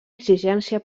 exigència